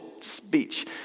speech